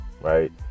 right